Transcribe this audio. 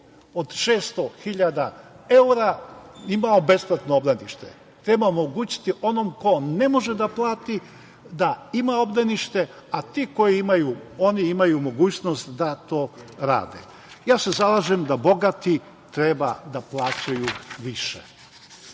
od 600.000 evra imao besplatno obdanište? Treba omogućiti onom ko ne može da plati da ima obdanište, a ti koji imaju, oni imaju mogućnost da to rade. Zalažem se za to da bogati treba da plaćaju